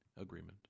agreement